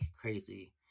crazy